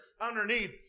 underneath